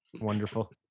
wonderful